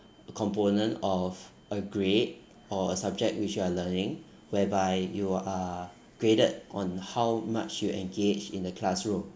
component of a grade or a subject which you are learning whereby you are graded on how much you're engaged in the classroom